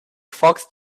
fox